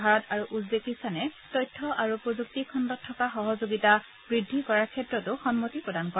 ভাৰত আৰু উজবেকিস্তানে তথ্য আৰু প্ৰযুক্তি খণ্ডত থকা সহযোগিতা বৃদ্ধি কৰাৰ ক্ষেত্ৰতো সন্মতি প্ৰদান কৰে